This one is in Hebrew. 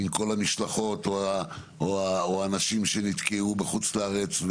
עם כל המשלחות או האנשים שנתקעו בחוץ לארץ.